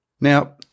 Now